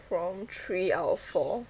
prompt three out of four